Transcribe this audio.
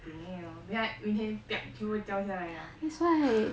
damn 等下明天 piak 全部掉下来 liao